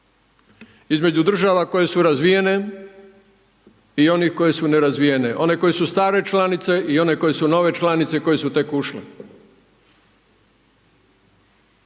Između država koje su razvijene i onih koje su nerazvijene, one koje su stare članice i one koje su nove članice, koje su tek ušle.